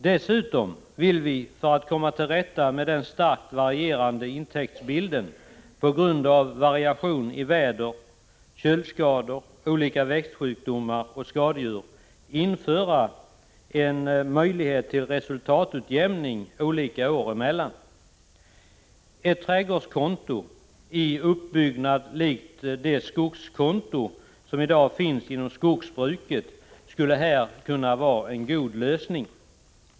Dessutom vill vi, för att komma till rätta med att intäkterna starkt varierar på grund av skiftningar i väder, köldskador, olika växtsjukdomar och skadedjur, införa en möjlighet till resultatutjämning olika år emellan. Ett trädgårdskonto, i uppbyggnad likt det skogskonto som i dag finns inom skogsbruket, skulle här kunna vara en god lösning.